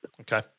Okay